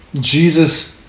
Jesus